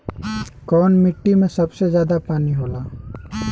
कौन मिट्टी मे सबसे ज्यादा पानी होला?